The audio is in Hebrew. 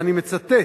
ואני מצטט,